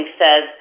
says